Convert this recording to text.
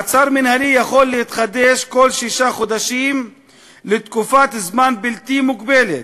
מעצר מינהלי יכול להתחדש כל שישה חודשים לתקופת זמן בלתי מוגבלת,